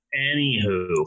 Anywho